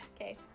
Okay